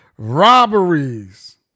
Robberies